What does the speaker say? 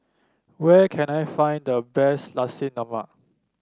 where can I find the best Nasi Lemak